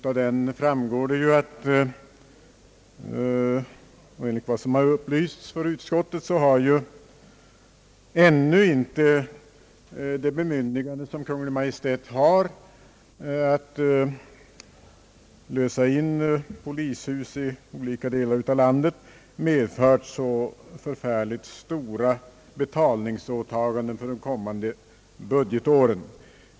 Av reservationen framgår, att det bemyndigande som Kungl. Maj:t har att lösa in polishus i olika delar av landet ännu inte har medfört några väsentliga betalningsåtaganden för de kommande budgetåren.